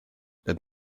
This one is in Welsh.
doedd